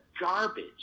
garbage